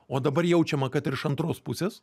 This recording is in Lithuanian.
o dabar jaučiama kad iš antros pusės